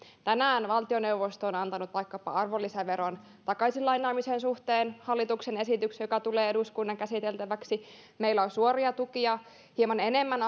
tänään valtioneuvosto on antanut vaikkapa arvonlisäveron takaisinlainaamisen suhteen hallituksen esityksen joka tulee eduskunnan käsiteltäväksi meillä on annettu hieman enemmän